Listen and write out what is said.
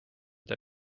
that